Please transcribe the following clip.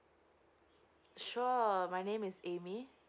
sure my name is amy